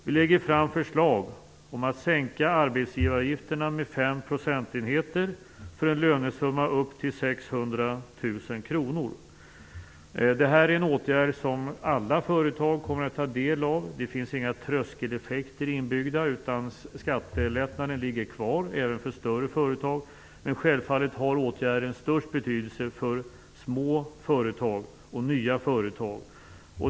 Vi lägger fram förslag om att sänka arbetsgivaravgifterna med 5 Det här är en åtgärd som alla företag kommer att ta del av. Det finns inga tröskeleffekter inbyggda, utan skattelättnaden ligger kvar även för större företag. Men självfallet har åtgärden störst betydelse för små företag och för nya företag.